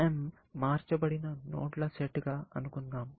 M మార్చబడిన నోడ్ల set గా అనుకుందాం